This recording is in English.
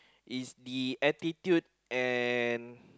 is the attitude and